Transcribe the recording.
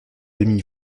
demi